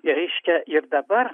reiškia ir dabar